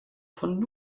von